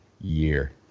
year